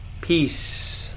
Peace